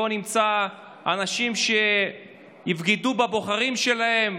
בואו נמצא אנשים שיבגדו בבוחרים שלהם.